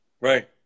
Right